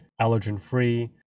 allergen-free